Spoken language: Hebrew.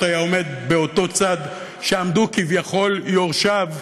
היה עומד באותו צד שעמדו כביכול יורשיו,